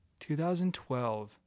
2012